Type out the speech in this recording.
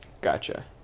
Gotcha